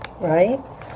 Right